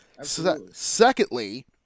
Secondly